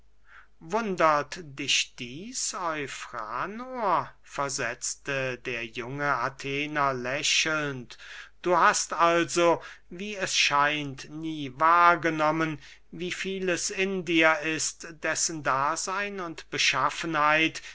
wundert dich dieß eufranor versetzte der junge athener lächelnd du hast also wie es scheint nie wahrgenommen wie vieles in dir ist dessen daseyn und beschaffenheit